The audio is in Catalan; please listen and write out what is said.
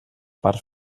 parts